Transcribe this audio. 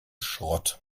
schrott